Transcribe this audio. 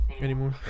anymore